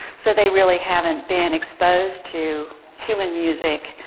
so they really haven't been exposed to human music,